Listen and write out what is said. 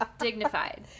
dignified